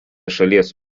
šalies